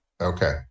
Okay